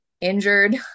injured